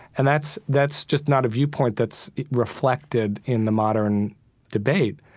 and that's that's just not a viewpoint that's reflected in the modern debate.